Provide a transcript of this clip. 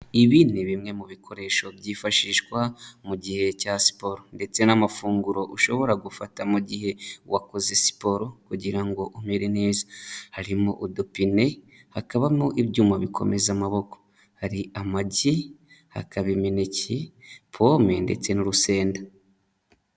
Ibi ni bimwe mu bikoresho byifashishwa mu gihe cya siporo ndetse n'amafunguro ushobora gufata mu gihe wakoze siporo kugira ngo umere neza. Harimo udupine, hakabamo ibyuma bikomeza amaboko. Hari amagi, hakaba imineke, pome ndetse n'urusenda.